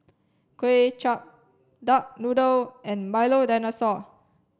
Kuay Chap Duck Noodle and Milo Dinosaur